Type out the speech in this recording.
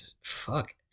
fuck